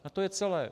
A to je celé.